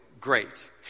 great